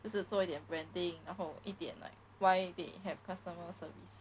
就是做一点 branding 然后一点 like why they have customer service